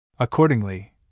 Accordingly